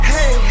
Hey